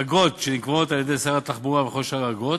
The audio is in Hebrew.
אגרות שנקבעות על-ידי שר התחבורה, וכל שאר האגרות.